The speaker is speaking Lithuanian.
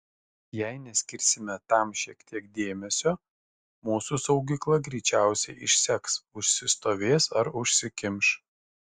jei neskirsime tam šiek tiek dėmesio mūsų saugykla greičiausiai išseks užsistovės ar užsikimš